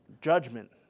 judgment